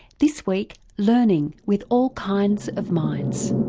this week, learning with all kinds of minds.